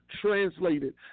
translated